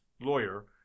lawyer